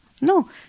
No